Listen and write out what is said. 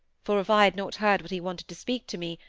for, if i had not heard that he wanted to speak to me,